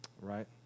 Right